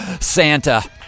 Santa